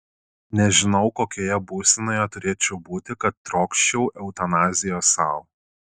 nežinau kokioje būsenoje turėčiau būti kad trokščiau eutanazijos sau